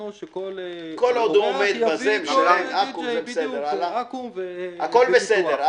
כל עוד הוא עומד בכללים ומשלם לאקו"ם זה בסדר.